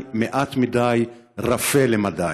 שבא מאוחר מדי, מעט מדי, רפה למדי.